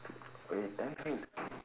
!oi! tell her in